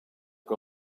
que